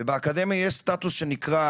ובאקדמיה יש סטטוס שנקרא